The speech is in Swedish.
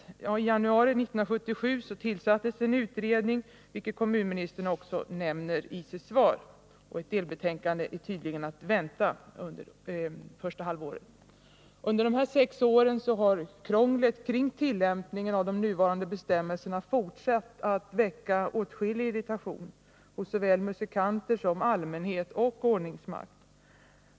Ja, i januari 1977 tillsattes en utredning, vilket kommunministern också nämner i sitt svar, och ett delbetänkande som rör denna fråga är tydligen att vänta i år. Under dessa sex år har krånglet kring tillämpningen av de nuvarande bestämmelserna fortsatt att väcka åtskillig irritation hos såväl musikanter som allmänhet och ordningsmakt.